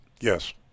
yes